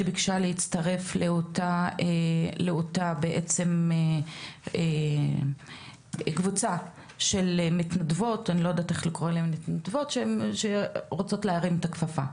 שביקשה להצטרף לאותה בעצם קבוצה של "מתנדבות" שרוצות להרים את הכפפה.